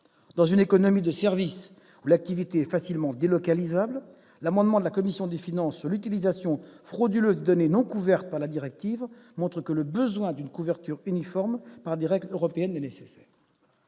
Dans une économie de services où l'activité est facilement délocalisable, l'amendement de la commission des finances sur l'utilisation fraudeuse des données non couvertes par la directive montre le besoin d'une couverture uniforme par des règles européennes. Je salue